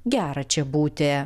gera čia būti